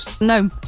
No